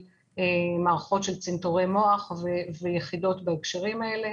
מערכות של צנתורי מוח ויחידות בהקשרים האלה.